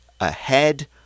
ahead